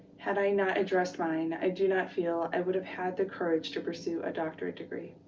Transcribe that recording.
had i not addressed mine, i do not feel i would have had the courage to pursue a doctorate degree.